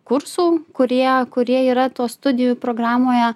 kursų kurie kurie yra tos studijų programoje